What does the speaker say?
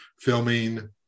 filming